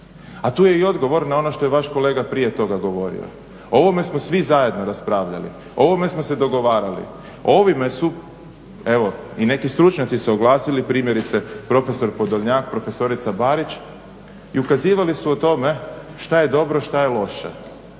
A tu je i odgovor na ono što je vaš kolega prije toga govorio. O ovome smo svi zajedno raspravljali, o ovome smo se dogovarali. Ovime su evo i neki stručnjaci se oglasili primjerice profesor Podolnjak, profesorica Barić i ukazivali su o tome šta je dobro, šta je loše.